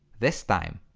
this time,